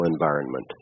environment